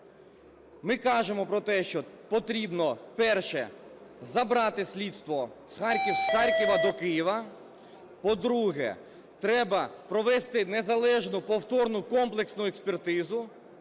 Ми кажемо про те, що потрібно – перше - забрати слідство з Харкова до Києва, по-друге, треба провести незалежну повторну комплексу експертизу,